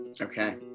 Okay